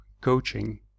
coaching